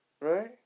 Right